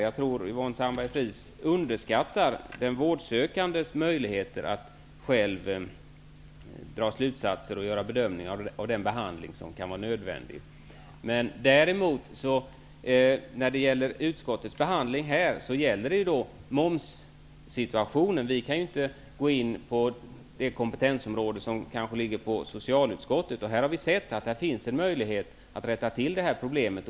Jag tror att Yvonne Sandberg-Fries underskattar den vårdsökandes möjligheter att själv dra slutsatser och göra bedömningar av den behandling som kan vara nödvändig. Däremot när det gäller momsfrågan kan vi inte gå in på socialutskottets kompetensområde. Men vi har sett att det här finns en möjlighet att rätta till problemet.